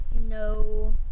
no